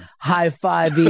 high-five